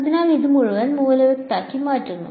അതിനാൽ അത് മുഴുവൻ മൂല്യവത്താക്കി മാറ്റുന്നു